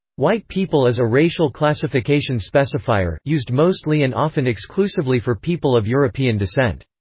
white people is a racial classification specifier, used mostly and often exclusively for people of european descent.